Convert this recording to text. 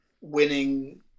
winning